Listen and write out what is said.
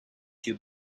too